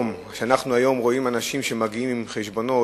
כשאנחנו רואים היום אנשים שמגיעים עם חשבונות